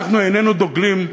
אנחנו איננו דוגלים,